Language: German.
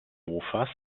mofas